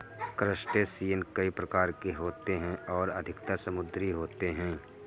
crustacean कई प्रकार के होते हैं और अधिकतर समुद्री होते हैं